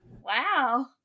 Wow